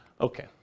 Okay